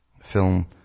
film